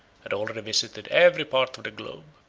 had already visited every part of the globe.